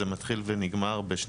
פרקליט המדינה הוא האמון.